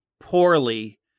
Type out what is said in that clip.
poorly